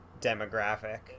demographic